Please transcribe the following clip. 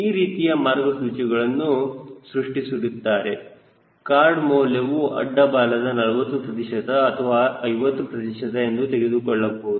ಈ ರೀತಿಯಲ್ಲಿ ಮಾರ್ಗಸೂಚಿಗಳನ್ನು ಸೃಷ್ಟಿಸಿರುತ್ತಾರೆ ಕಾರ್ಡ್ ಮೌಲ್ಯವು ಅಡ್ಡ ಬಾಲದ 40 ಪ್ರತಿಶತ ಅಥವಾ 50 ಪ್ರತಿಶತ ಎಂದು ತೆಗೆದುಕೊಳ್ಳಬಹುದು